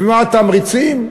ומה התמריצים?